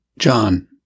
John